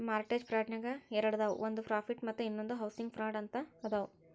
mortgage ಫ್ರಾಡ್ನ್ಯಾಗ ಎರಡದಾವ ಒಂದ್ ಪ್ರಾಫಿಟ್ ಮತ್ತ ಇನ್ನೊಂದ್ ಹೌಸಿಂಗ್ ಫ್ರಾಡ್ ಅಂತ ಅದಾವ